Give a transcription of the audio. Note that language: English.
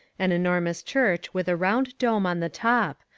an enormous church with a round dome on the top,